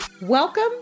Welcome